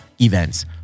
events